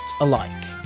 alike